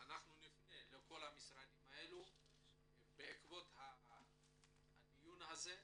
אנחנו נפנה לכל המשרדים בעקבות הדיון הזה,